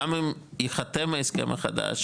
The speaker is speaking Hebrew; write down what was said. גם אם ייחתם ההסכם החדש,